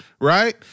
right